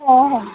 हो हो